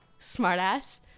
Smartass